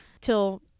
till